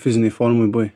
fizinei formoj buvai